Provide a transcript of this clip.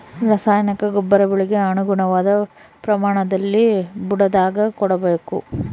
ರಾಸಾಯನಿಕ ಗೊಬ್ಬರ ಬೆಳೆಗೆ ಅನುಗುಣವಾದ ಪ್ರಮಾಣದಲ್ಲಿ ಬುಡದಾಗ ಕೊಡಬೇಕು